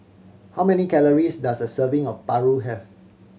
how many calories does a serving of paru have